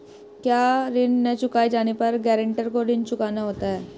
क्या ऋण न चुकाए जाने पर गरेंटर को ऋण चुकाना होता है?